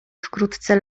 wkrótce